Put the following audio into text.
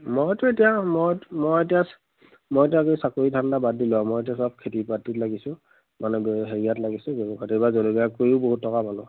মইতো এতিয়া মই মই এতিয়া মই এতিয়া আৰু চাকৰি ধান্দা বাদ দিলোঁ আৰু মই এতিয়া চব খেতি বাতিত লাগিছোঁ মানে হেৰিয়াত লাগিছোঁ বা জলকীয়া কৰি বহু টকা পালো